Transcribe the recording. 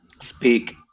speak